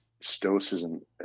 Stoicism